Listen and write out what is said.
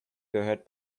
gehört